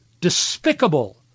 despicable